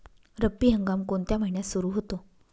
रब्बी हंगाम कोणत्या महिन्यात सुरु होतो?